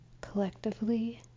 collectively